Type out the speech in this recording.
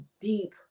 deep